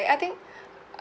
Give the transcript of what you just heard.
eh I think